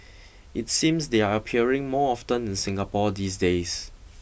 it seems they're appearing more often in Singapore these days